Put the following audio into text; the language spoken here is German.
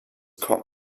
kommen